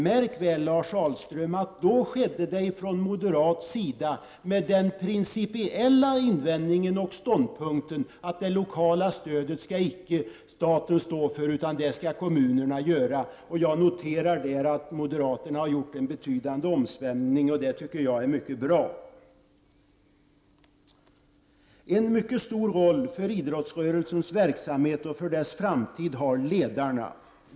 Märk väl, Lars Ahlström, att ert ställningstagande då skedde med den principiella invändningen att staten icke skulle stå för det lokala stödet, utan det skulle kommunerna göra. Jag noterar att moderaterna har gjort en betydande omsvängning, och det tycker jag är mycket bra. En mycket stor roll för idrottsrörelsens verksamhet och för dess framtid har ledarna.